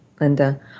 Linda